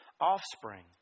offspring